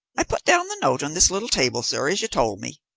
i put down the note on this little table, sir, as you told me.